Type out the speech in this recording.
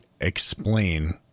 explain